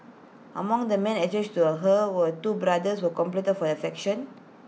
among the men attracted to her were two brothers who competed for her affection